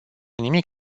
nimic